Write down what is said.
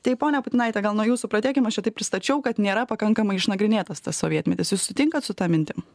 tai ponia putinaite gal nuo jūsų pradėkim aš čia taip pristačiau kad nėra pakankamai išnagrinėtas tas sovietmetis jūs sutinkat su ta mintim